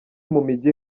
mumigi